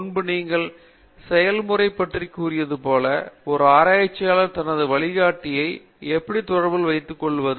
முன்பு நீங்கள் செயல்முறை பற்றி கூறியது போல ஒரு ஆராய்ச்சியாளர் தனது வழிகாட்டியை எப்படி தொடர்பில் வைத்து கொள்வது